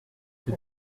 que